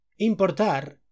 importar